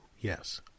yes